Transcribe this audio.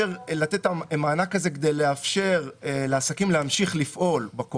המענק הזה כדי לאפשר לעסקים להמשיך לפעול בזמן